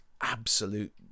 absolute